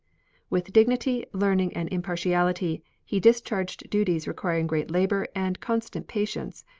with dignity, learning, and impartiality he discharged duties requiring great labor and constant patience,